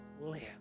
live